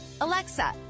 Alexa